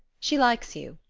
she likes you.